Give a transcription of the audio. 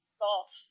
golf